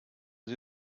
sie